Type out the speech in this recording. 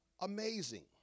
amazing